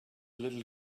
little